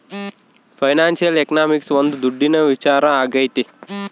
financial economics ಒಂದ್ ದುಡ್ಡಿನ ವಿಚಾರ ಆಗೈತೆ